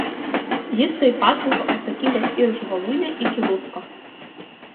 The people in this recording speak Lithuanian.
jis taip pat buvo atsakingas ir už voluinę iki lucko